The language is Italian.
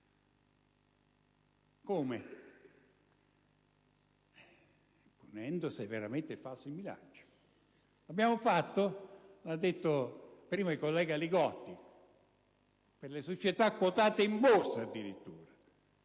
Come? Punendo severamente il falso in bilancio. Lo abbiamo fatto, lo ha detto prima il collega Li Gotti, per le società quotate in Borsa, addirittura